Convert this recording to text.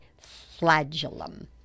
flagellum